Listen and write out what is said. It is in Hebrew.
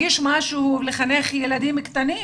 לחנך ילדים קטנים